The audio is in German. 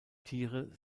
tiere